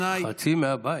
חצי מהבית.